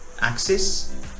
AXIS